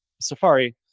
safari